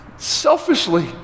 selfishly